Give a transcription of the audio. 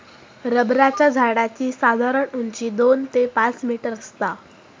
रबराच्या झाडाची साधारण उंची दोन ते पाच मीटर आसता